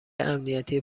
امنیتی